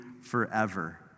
forever